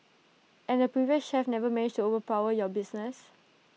and the previous chef never managed to overpower your business